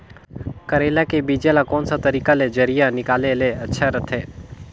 करेला के बीजा ला कोन सा तरीका ले जरिया निकाले ले अच्छा रथे?